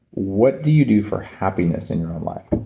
what do you do for happiness in your own life?